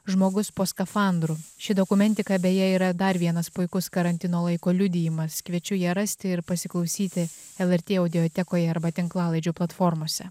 žmogus po skafandru ši dokumentika beje yra dar vienas puikus karantino laiko liudijimas kviečiu ją rasti ir pasiklausyti lrt audiotekoje arba tinklalaidžių platformose